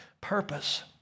purpose